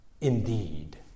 indeed